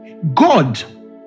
God